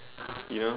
uh you know